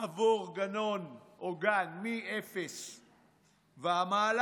בעבור גנון או גן מאפס ומעלה,